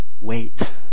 wait